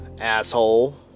asshole